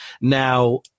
Now